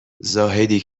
زاهدی